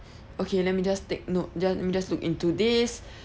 okay let me just take note just let me look into this